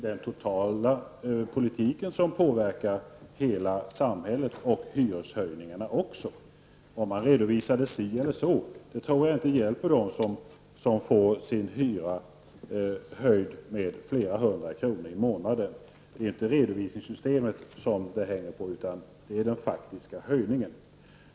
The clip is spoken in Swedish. Den totala politiken påverkar hela samhället och naturligtvis även hyreshöjningarna. Oavsett hur man redovisar det, tror jag inte att man hjälper dem som får sin hyra höjd med flera hundra kronor i månaden. Det hänger inte på redovisningssystemet, utan den faktiska höjningen.